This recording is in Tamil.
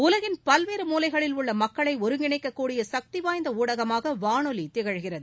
உலகின் பல்வேறு மூலைகளில் உள்ள மக்களை ஒருங்கிணைக்கக்கூடிய சக்திவாய்ந்த ஊடகமாக வானொலி திகழ்கிறது